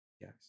Yes